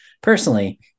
personally